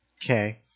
Okay